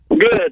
Good